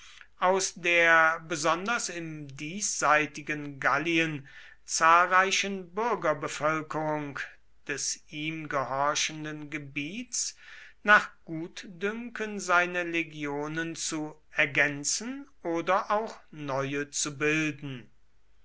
aus der besonders im diesseitigen gallien zahlreichen bürgerbevölkerung des ihm gehorchenden gebiets nach gutdünken seine legionen zu ergänzen oder auch neue zu bilden